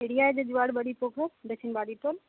बढ़िया है जो दीवार बड़ी ठोको दक्षिण वाली को